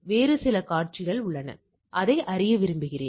வேறு சில காட்சிகள் உள்ளன அதை அறிய விரும்புகிறேன்